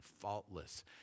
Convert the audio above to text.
faultless